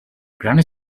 ground